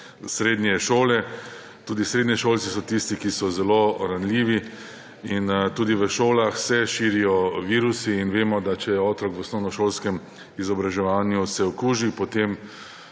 srednje šole. Tudi srednješolci so tisti, ki so zelo ranljivi, tudi v šolah se širijo virusi in vemo, da če se otrok v osnovnošolskem izobraževanju okuži, potem